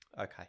Okay